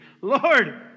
Lord